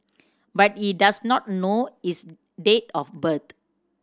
but he does not know his date of birth